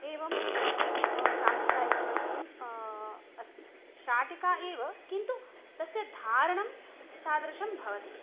एवं साम्प्रदायिकवस्त्रम् अस्ति शाटिका एव किन्तु तस्य धारणं तादृशं भवति